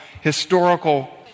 historical